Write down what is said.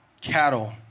cattle